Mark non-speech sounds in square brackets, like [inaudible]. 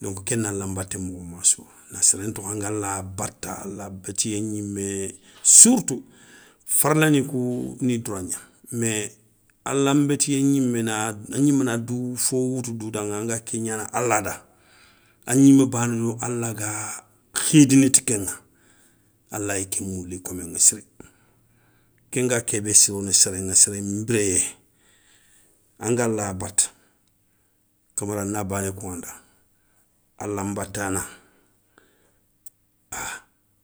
donk kéna alanbaté mokhomassouwa. Na séré ntokho angala batta ala bétiyé gnimé, surtout farla nikou ni droit gna mais, alanbétiyé gnimé na a gnimé na dou fo woutou dou daŋa, anga ké gnana alada, a gnimé banédo alaga khidini ti kéŋa, alayi ké mouli i koméŋa siri. Kenga kébé sirono séréŋa séré nbiréyé angala batta, kamara na bané koŋanda alanbatana. [noise]